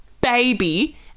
baby